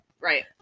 Right